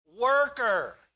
worker